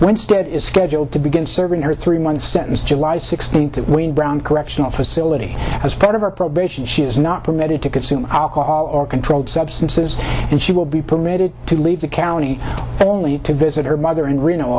winstead is scheduled to begin serving her three month sentence july sixteenth when brown correctional facility as part of her probation she is not permitted to consume alcohol or controlled substances and she will be permitted to leave the county only to visit her mother in reno